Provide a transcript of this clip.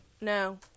No